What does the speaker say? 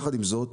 יחד עם זאת,